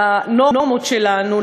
לנורמות שלנו,